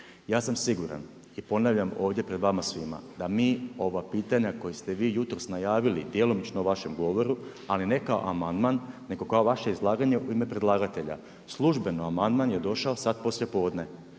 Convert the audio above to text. Ja sam siguran i ponavljam ovdje pred vama svima da mi ova pitanja koja ste vi jutros najavili djelomično u vašem govoru, ali ne kao amandman nego kao vaše izlaganje u ime predlagatelja. Službeno, amandman je došao sada poslijepodne.